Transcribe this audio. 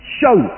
show